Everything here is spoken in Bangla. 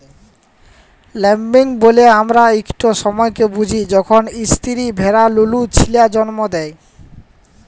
ল্যাম্বিং ব্যলে আমরা ইকট সময়কে বুঝি যখল ইস্তিরি ভেড়া লুলু ছিলা জল্ম দেয়